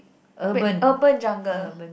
wait urban jungle